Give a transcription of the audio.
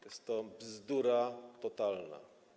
Jest to bzdura totalna.